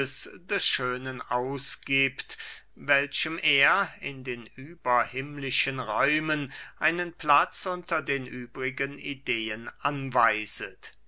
des schönen ausgiebt welchem er in den überhimmlischen räumen einen platz unter den übrigen ideen anweiset